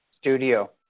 studio